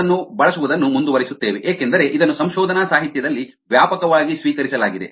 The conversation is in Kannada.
ನಾವು ಅದನ್ನು ಬಳಸುವುದನ್ನು ಮುಂದುವರಿಸುತ್ತೇವೆ ಏಕೆಂದರೆ ಇದನ್ನು ಸಂಶೋಧನಾ ಸಾಹಿತ್ಯದಲ್ಲಿ ವ್ಯಾಪಕವಾಗಿ ಸ್ವೀಕರಿಸಲಾಗಿದೆ